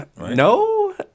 No